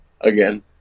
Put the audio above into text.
again